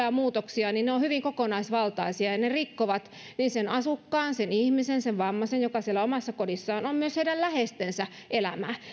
ja muutoksia sitten tulee niin ne ovat hyvin kokonaisvaltaisia ja ne rikkovat niin sen asukkaan sen ihmisen sen vammaisen joka siellä omassa kodissaan on kuin myös heidän läheistensä elämää